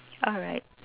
alright